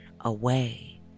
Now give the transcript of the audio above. away